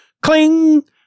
cling